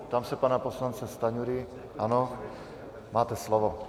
Ptám se pana poslance Stanjury ano, máte slovo.